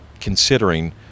considering